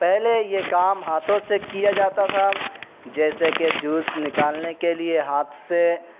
پہلے یہ کام ہاتھوں سے کیا جاتا تھا جیسے کہ جوس نکالنے کے لیے ہاتھ سے